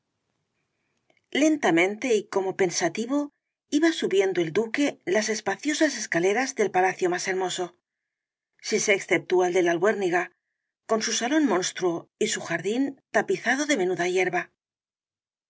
lentamente y como pensativo iba subiendo el duque las espaciosas escaleras del palacio más hermoso si se exceptúa el de la albuérniga con su salón monstruo y su jardín tapizado de menuda hierba